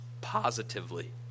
positively